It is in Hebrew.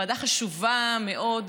ועדה חשובה מאוד,